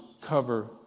cover